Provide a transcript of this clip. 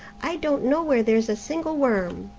i don't know where there's a single worm.